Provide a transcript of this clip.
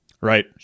Right